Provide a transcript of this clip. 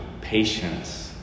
patience